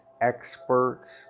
experts